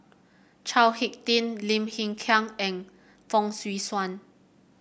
Chao HicK Tin Lim Hng Kiang and Fong Swee Suan